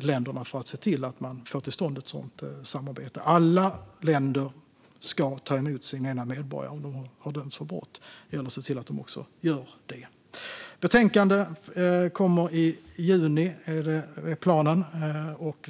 länder för att se till att man får till stånd ett sådant samarbete. Alla länder ska ta emot sina egna medborgare om de har dömts för brott. Det gäller att se till att de också gör det. Ett betänkande kommer i juni, är planen.